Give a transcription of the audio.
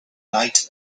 night